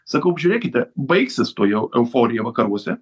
sakau žiūrėkite baigsis tuojau euforija vakaruose